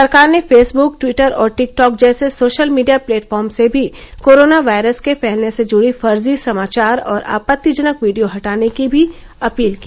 सरकार ने Facebook Twitter और टिकटॉक जैसे सोशल मीडिया प्लेटफॉर्म से भी कोरोना वायरस के फैलने से जुडे फर्जी समाचार और आपत्तिजनक वीडियो हटाने की भी अपील की